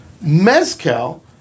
Mezcal